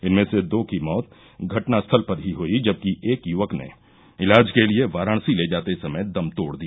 इनमें से दो की मौत घटना स्थल पर ही हुयी जबकि एक युवक ने इलाज के लिये वाराणसी ले जाते समय दम तोड़ दिया